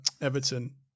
Everton